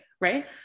Right